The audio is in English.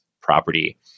property